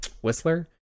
Whistler